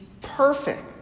perfect